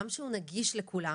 גם שהוא נגיש לכולם,